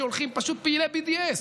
פשוט פעילי BDS,